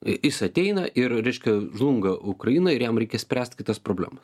jis ateina ir reiškia žlunga ukraina ir jam reikia spręst kitas problemas